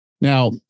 Now